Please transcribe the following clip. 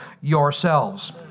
yourselves